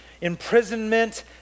imprisonment